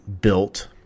built